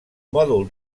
mòdul